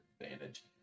Advantage